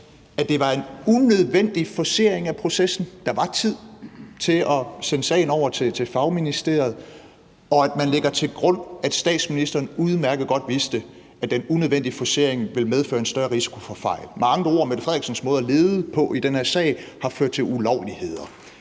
at det var en unødvendig forcering af processen; at der var tid til at sende sagen over til fagministeriet; og at man lægger til grund, at statsministeren udmærket godt vidste, at den unødvendige forcering ville medføre en større risiko for fejl. Med andre ord: Mette Frederiksens måde at lede på i den her sag har ført til ulovligheder.